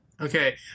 Okay